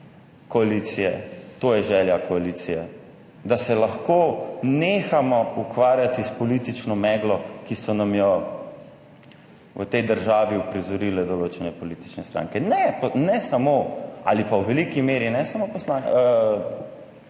koalicije, to je želja koalicije, da se lahko nehamo ukvarjati s politično meglo, ki so nam jo v tej državi uprizorile določene politične stranke. Ne, pa ne samo ali pa v veliki meri ne samo politične